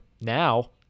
now